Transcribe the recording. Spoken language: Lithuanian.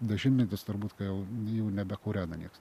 dešimtmetis turbūt kai jau jau nebekūrena nieks